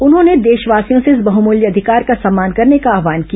उन्होंने देशवासियों से इस बहुमूल्य अधिकार का सम्मान करने का आहवान किया